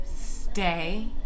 stay